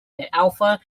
alpha